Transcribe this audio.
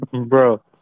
Bro